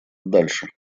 дальше